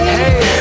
hey